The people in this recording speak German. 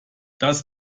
das